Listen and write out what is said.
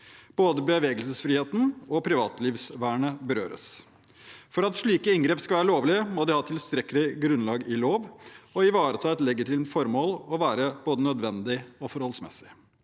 Både bevegelsesfriheten og privatlivsvernet berøres. For at slike inngrep skal være lovlige, må de ha tilstrekkelig grunnlag i lov, ivareta et legitimt formål og være både nødvendige og forholdsmessige.